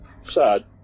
sad